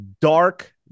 dark